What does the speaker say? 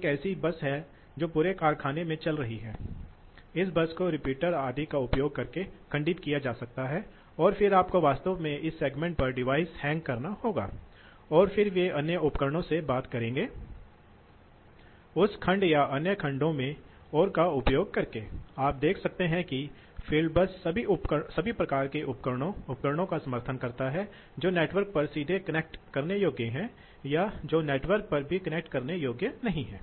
motor चर गति drive की आवश्यकता होती है और बहुत अधिक परिष्कृत तकनीक की आवश्यकता होती है खासकर जब मोटरकी तुलना में बड़ी होती है तो आप डैम्पर्सया वाल्वजानते हैं